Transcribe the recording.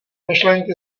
myšlenky